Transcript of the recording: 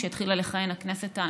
כשהתחילה לכהן הכנסת,